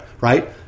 Right